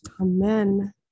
Amen